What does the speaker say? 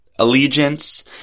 allegiance